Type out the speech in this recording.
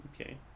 Okay